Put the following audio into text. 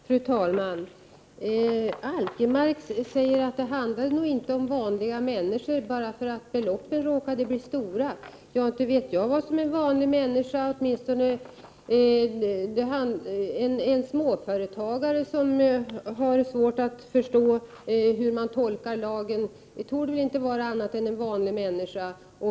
Fru talman! Sven-Erik Alkemark säger att det nog inte handlar om vanliga människor bara för att beloppen råkade bli stora. Inte vet jag vad som avses med en vanlig människa — en småföretagare som har svårt att förstå hur man tolkar lagen torde väl inte vara annat än en vanlig människa.